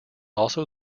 also